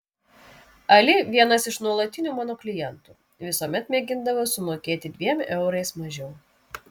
ali vienas iš nuolatinių mano klientų visuomet mėgindavo sumokėti dviem eurais mažiau